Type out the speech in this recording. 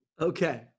Okay